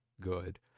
good